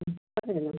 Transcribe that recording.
ആ പറഞ്ഞോളൂ